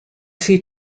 see